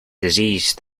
disease